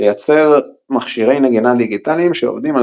לייצר מכשירי נגינה דיגיטליים שעובדים על